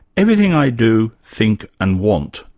anything i do, think and want,